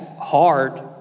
hard